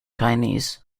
chinese